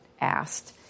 asked